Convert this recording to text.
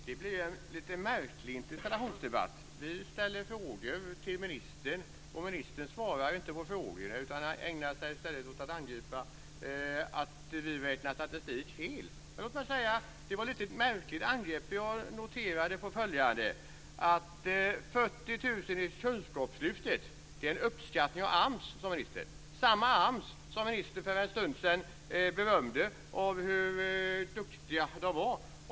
Fru talman! Det blir en lite märklig interpellationsdebatt. Vi ställer frågor till ministern, men ministerns svarar inte på frågorna utan ägnar sig i stället åt att angripa oss och säga att vi räknar statistik felaktigt. Det var ett lite märkligt angrepp. Jag noterade att 40 000 i Kunskapslyftet är en uppskattning gjord av AMS, samma AMS som ministern för en stund sedan berömde för att man där är så duktiga.